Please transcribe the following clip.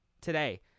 today